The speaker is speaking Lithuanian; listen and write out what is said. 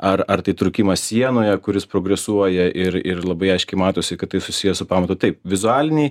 ar ar tai įtrūkimas sienoje kuris progresuoja ir ir labai aiškiai matosi kad tai susiję su pamatu taip vizualiniai